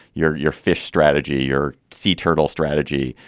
your your fish strategy, your sea turtle strategy.